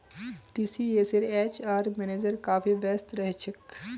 टीसीएसेर HR manager काफी व्यस्त रह छेक